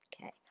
okay